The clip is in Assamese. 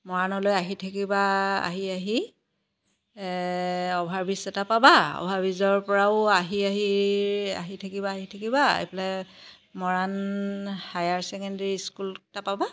মৰাণলৈ আহি থাকিবা আহি আহি অ'ভাৰ ব্ৰীজ এটা পাবা অ'ভাৰ ব্ৰীজৰ পৰাও আহি আহি আহি থাকিবা আহি থাকিবা এইফালে মৰাণ হায়াৰ ছেকেণ্ডেৰী স্কুল এটা পাবা